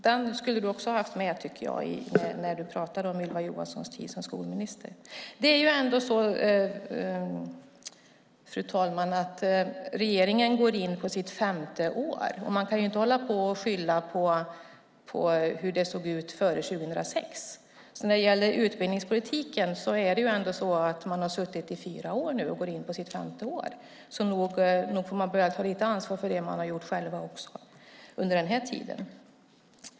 Det skulle också ha varit med när Tomas Tobé pratade om Ylva Johanssons tid som skolminister. Fru talman! Regeringen går in på sitt femte år, och man kan inte hålla på och skylla på hur det såg ut före 2006 när det gäller utbildningspolitiken. Man får börja ta lite ansvar för det man har gjort under den här tiden.